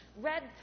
red